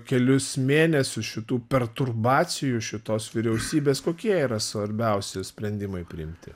kelis mėnesius šitų perturbacijų šitos vyriausybės kokie yra svarbiausi sprendimai priimti